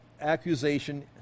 accusation